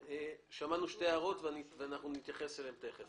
שמענו שתי הערות ונתייחס אליהן תיכף.